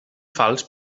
fals